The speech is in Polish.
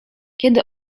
kiedy